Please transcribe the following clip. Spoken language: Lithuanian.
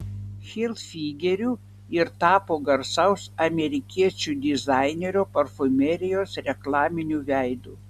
hilfigeriu ir tapo garsaus amerikiečių dizainerio parfumerijos reklaminiu veidu